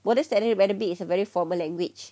modern standard arabic it's a very formal language